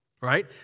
Right